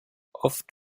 oft